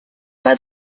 pas